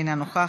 אינה נוכחת,